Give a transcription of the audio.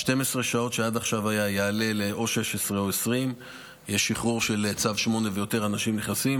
12 השעות שעד עכשיו היו יעלו ל-16 או 20. יש שחרור של צו 8 ויותר אנשים נכנסים.